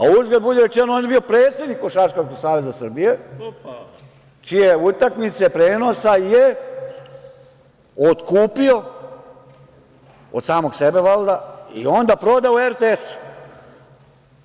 Uzgred budi rečeno, on je bio predsednik Košarkaškog saveza Srbije, čije utakmice prenosa je otkupio od samog sebe valjda i onda prodao RTS-u.